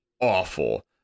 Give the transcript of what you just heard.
awful